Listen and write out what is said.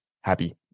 happy